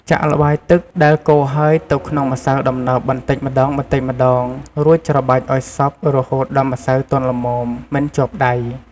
ចាក់ល្បាយទឹកដែលកូរហើយទៅក្នុងម្សៅដំណើបបន្តិចម្ដងៗ រួចច្របាច់ឲ្យសព្វរហូតដល់ម្សៅទន់ល្មម មិនជាប់ដៃ។